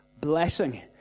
blessing